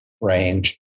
range